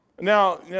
Now